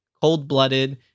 cold-blooded